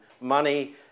money